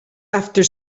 after